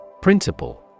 Principle